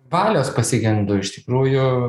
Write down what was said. valios pasigendu iš tikrųjų